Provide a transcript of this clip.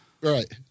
Right